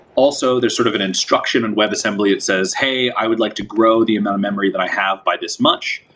also, there's sort of an instruction on webassembly. it says, hey, i would like to grow the amount of memory that i have by this s much,